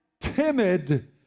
timid